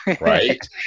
Right